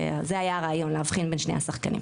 זה היה הרעיון להבחין בין שני השחקנים.